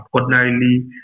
ordinarily